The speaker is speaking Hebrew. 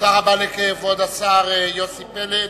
תודה רבה לכבוד השר יוסי פלד.